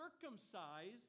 circumcised